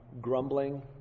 grumbling